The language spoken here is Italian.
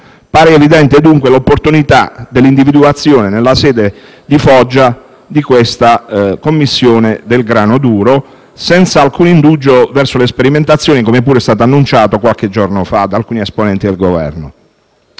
Pare dunque evidente l'opportunità di individuare a Foggia la sede di questa Commissione sul grano duro, senza alcun indugio verso le sperimentazioni, come pure è stato annunciato qualche giorno fa da alcuni esponenti del Governo.